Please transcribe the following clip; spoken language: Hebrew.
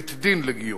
בית-דין לגיור.